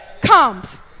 comes